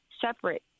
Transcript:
separate